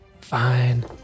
Fine